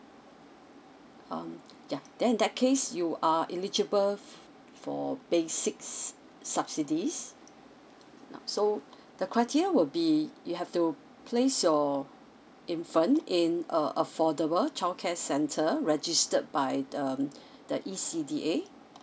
um ya then in that case you are eligible for basics subsidies so the criteria will be you have to place your infant in a affordable childcare center registered by um the E_C_D_A